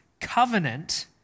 covenant